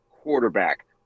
quarterback